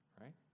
right